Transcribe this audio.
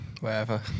Wherever